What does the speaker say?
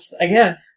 Again